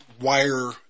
wire